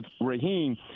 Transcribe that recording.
Raheem